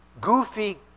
goofy